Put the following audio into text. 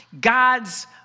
God's